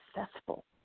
successful